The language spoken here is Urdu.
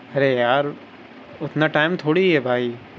ارے یار اتنا ٹائم تھوڑی ہے بھائی